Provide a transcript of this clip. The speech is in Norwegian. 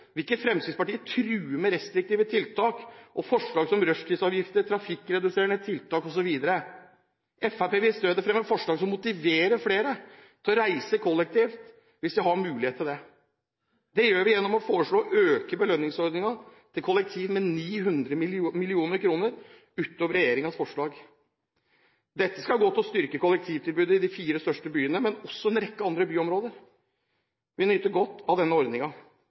vil ikke Fremskrittspartiet true med restriktive tiltak og forslag som rushtidsavgifter, trafikkreduserende tiltak osv. Fremskrittspartiet vil i stedet fremme forslag som motiverer flere til å reise kollektivt hvis de har mulighet til det. Det gjør vi gjennom å foreslå å øke belønningsordningen til kollektivtrafikken med 900 mill. kr utover regjeringens forslag. Dette skal gå til å styrke kollektivtilbudet i de fire største byene, men også en rekke andre byområder vil nyte godt av denne